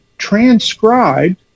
transcribed